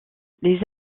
les